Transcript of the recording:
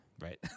Right